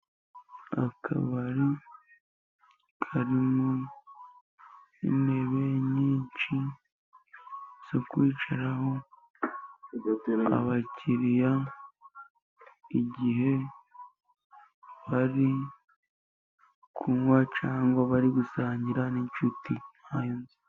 Akabari karimo intebe nyinshi zo kwicaraho, abakiriya igihe bari kunywa cyangwa bari gusangira n'inshuti zabo.